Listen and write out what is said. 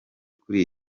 kuri